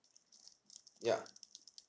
yup